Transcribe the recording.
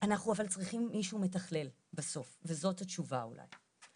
אנחנו צריכים מישהו מתכלל בסוף וזאת התשובה אולי.